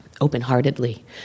open-heartedly